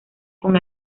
con